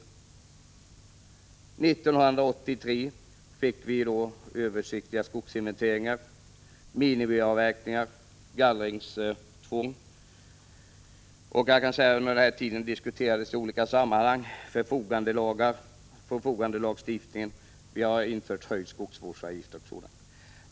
År 1983 fick vi regler om översiktliga skogsinventeringar, minimiavverkningar, gallringstvång. Under den här tiden diskuterades i olika sammanhang förfogandelagstiftningen, och det har införts höjda skogsvårdsavgifter etc.